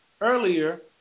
earlier